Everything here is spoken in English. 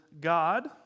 God